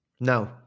No